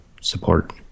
support